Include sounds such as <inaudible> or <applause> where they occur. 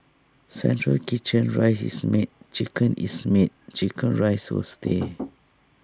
central kitchen rice is made chicken is made Chicken Rice will stay <noise>